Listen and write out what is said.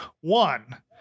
One